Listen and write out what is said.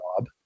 job